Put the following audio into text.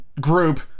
group